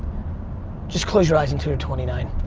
just close your eyes until you're twenty nine.